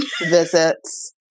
Visits